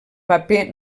paper